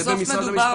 זה במשרד המשפטים.